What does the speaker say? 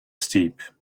steep